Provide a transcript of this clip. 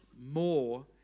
more